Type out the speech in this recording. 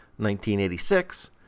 1986